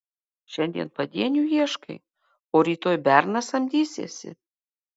šiandien padienių ieškai o rytoj berną samdysiesi